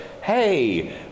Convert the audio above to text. hey